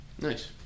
Nice